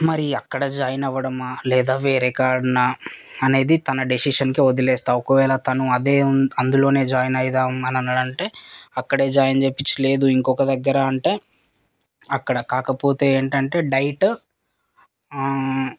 మరి అక్కడ జాయిన్ అవ్వడమా లేదా వేరే కాడనా అనేది తన డెసిషన్కే వదిలేస్తా ఒకవేళ తను అదే అందులోనే జాయిన్ అయిదాం అని అన్నాడంటే అక్కడే జాయిన్ చెయ్యిపిచ్చి లేదు ఇంకొక దగ్గర అంటే అక్కడ కాకపోతే ఏంటంటే డైట్